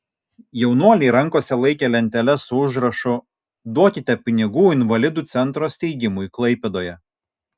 jaunuoliai rankose laikė lenteles su užrašu duokite pinigų invalidų centro steigimui klaipėdoje